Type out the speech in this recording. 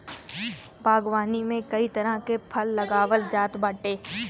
बागवानी में कई तरह के फल लगावल जात बाटे